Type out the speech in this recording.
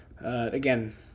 again